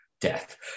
death